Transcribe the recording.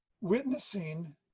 witnessing